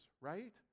right